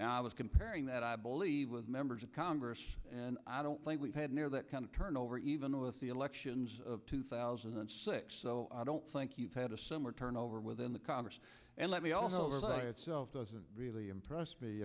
now i was comparing that i believe with members of congress and i don't think we had near that kind of turnover even with the elections of two thousand and six so i don't think you've had a similar turnover within the congress and let me all know by itself doesn't really impress me